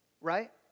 right